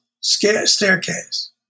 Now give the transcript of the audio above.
staircase